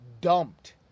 dumped